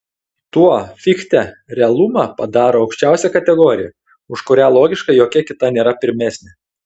tuo fichte realumą padaro aukščiausia kategorija už kurią logiškai jokia kita nėra pirmesnė